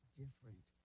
different